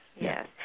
yes